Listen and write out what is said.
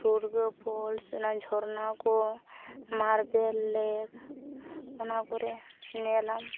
ᱴᱷᱩᱲᱜᱟᱹ falls ᱚᱱᱟ ᱡᱷᱚᱨᱱᱟ ᱠᱚ ᱢᱟᱨᱵᱮᱞ ᱞᱮᱠ ᱚᱱᱟ ᱠᱚᱨᱮ ᱧᱮᱞᱟᱢ